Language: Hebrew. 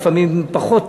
לפעמים פחות טוב,